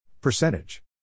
Percentage